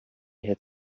had